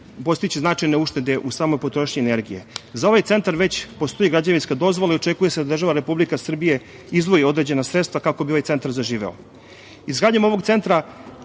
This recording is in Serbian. postići značajne uštede u samoj potrošnji energije.Za ovaj centar već postoji građevinska dozvola i očekuje se da Republika Srbija izdvoji određena sredstva kako bi ovaj centar zaživeo. Izgradnjom ovog centra